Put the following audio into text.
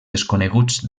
desconeguts